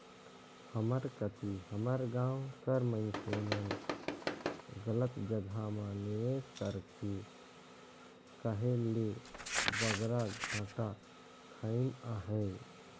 हमर कती हमर गाँव कर मइनसे मन गलत जगहा म निवेस करके कहे ले बगरा घाटा खइन अहें